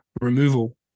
removal